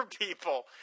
people